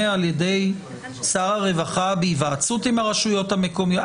על ידי שר הרווחה בהיוועצות עם הרשויות המקומיות?